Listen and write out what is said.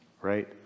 Right